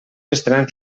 estaran